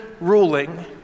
ruling